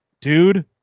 dude